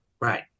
Right